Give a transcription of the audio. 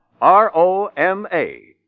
R-O-M-A